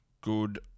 good